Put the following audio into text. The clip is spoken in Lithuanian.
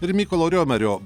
ir mykolo riomerio